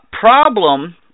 problem